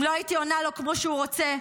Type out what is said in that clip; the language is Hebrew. אם לא הייתי עונה לו כמו שהוא רוצה,